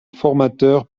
formateur